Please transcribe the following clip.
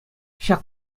ҫак